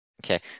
Okay